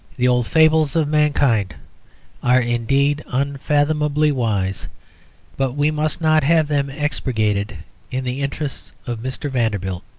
the old fables of mankind are, indeed, unfathomably wise but we must not have them expurgated in the interests of mr. vanderbilt.